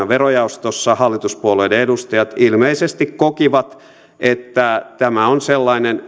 verojaostossa hallituspuolueiden edustajat ilmeisesti kokivat että tämä on sellainen